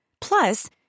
Plus